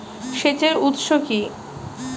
সেচের উৎস কি?